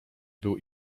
był